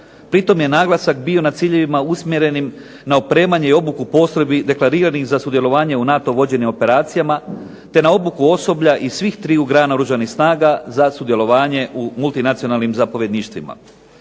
Pri tom je naglasak bio na ciljevima usmjerenim na opremanju i obuku postrojbi deklariranih za sudjelovanje u NATO vođenja operacijama, te na obuku osoblja iz svih triju grana oružanih snaga za sudjelovanje u multinacionalnim zapovjedništvima.